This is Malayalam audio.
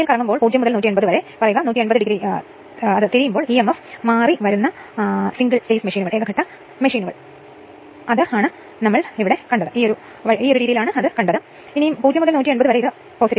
ആ നിയന്ത്രണ സൂത്രവാക്യം ഉപയോഗിച്ച് അതിനനുസരിച്ച് ഈ ഉത്തരം നൽകിയിട്ടില്ല പക്ഷേ അത് പരിഹരിക്കുക